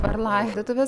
per laidotuves